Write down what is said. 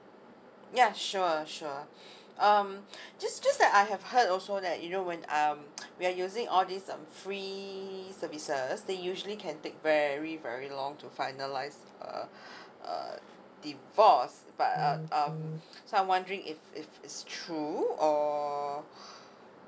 ya sure sure um just just that I have heard also that you know when um we are using all these um free services they usually can take very very long to finalise uh uh divorce but um um so I'm wondering if if it's true or uh